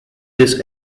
this